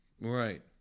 right